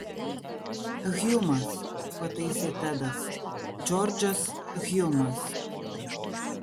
hjumas pataisė tedas džordžas hjumas